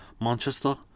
manchester